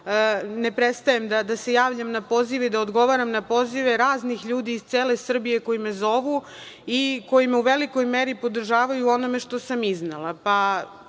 ne prestajem da se javljam na pozive i da odgovaram na pozive raznih ljudi iz cele Srbije koji me zovu i koji me u velikoj meri podržavaju u onome što sam iznela.